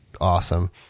awesome